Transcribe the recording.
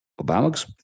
Obama's